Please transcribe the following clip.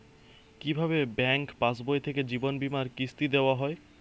কি ভাবে ব্যাঙ্ক পাশবই থেকে জীবনবীমার কিস্তি দেওয়া হয়?